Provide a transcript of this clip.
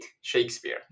Shakespeare